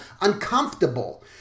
uncomfortable